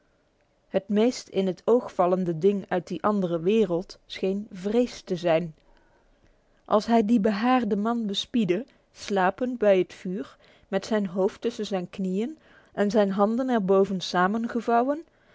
het meest in het oog vallende ding uit die andere wereld scheen vrees te zijn als hij dien behaarden man bespiedde slapend bij het vuur met zijn hoofd tussen zijn knieën en zijn handen er boven